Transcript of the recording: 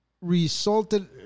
Resulted